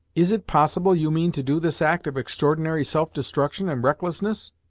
is it possible you mean to do this act of extraordinary self-destruction and recklessness?